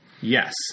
Yes